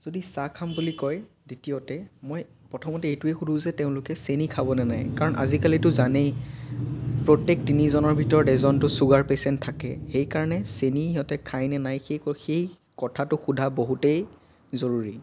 যদি চাহ খাম বুলি কয় দ্বিতীয়তে মই প্ৰথমতে এইটোৱেই সুধোঁ যে তেওঁলোকে চেনি খাব নে নাই কাৰণ আজিকালিতো জানেই প্ৰত্যেক তিনিজনৰ ভিতৰত এজনতো ছুগাৰ পেচেণ্ট থাকেই সেইকাৰণে চেনি সিহঁতে খাই নে নাই সেই ক সেই কথাটো সোধা বহুতেই জৰুৰী